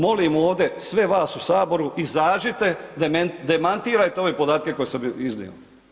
Molim ovdje sve vas u Saboru, izađite, demantirajte ove podatke koje sam iznio.